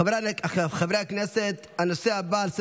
חבריי חברי הכנסת, הנושא הבא על סדר-היום,